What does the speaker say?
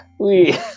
oui